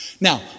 Now